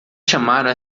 chamaram